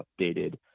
updated